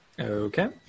Okay